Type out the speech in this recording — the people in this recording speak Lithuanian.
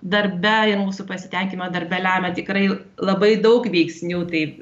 darbe ir mūsų pasitenkinimą darbe lemia tikrai labai daug veiksnių taip